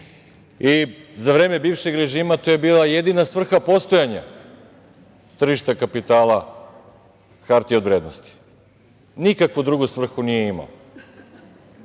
vreme bivšeg režima to je bila jedina svrha postojanja tržišta kapitala hartije od vrednosti, nikakvu drugu svrhu nije imala.